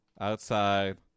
outside